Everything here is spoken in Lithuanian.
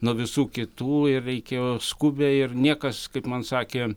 nuo visų kitų ir reikėjo skubiai ir niekas kaip man sakė